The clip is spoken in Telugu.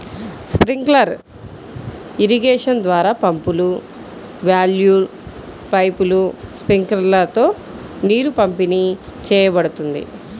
స్ప్రింక్లర్ ఇరిగేషన్ ద్వారా పంపులు, వాల్వ్లు, పైపులు, స్ప్రింక్లర్లతో నీరు పంపిణీ చేయబడుతుంది